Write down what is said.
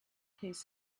his